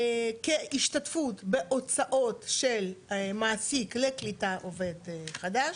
השתתפות בהוצאות של מעסיק לקליטה עובד חדש,